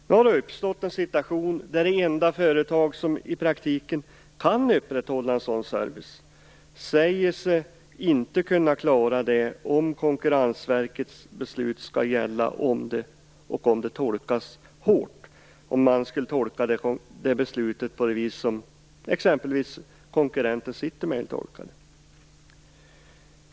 Nu har det uppstått en situation där det enda företag som i praktiken kan upprätthålla en sådan service inte säger sig kunna klara det om Konkurrensverkets beslut skall gälla och om det tolkas hårt, alltså om man skulle tolka det på det vis som exempelvis konkurrenten Citymail gör.